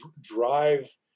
drive